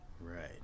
Right